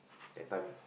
that time